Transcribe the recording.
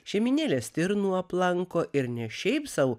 šeimynėlė stirnų aplanko ir ne šiaip sau